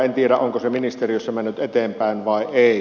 en tiedä onko se ministeriössä mennyt eteenpäin vai ei